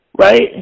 right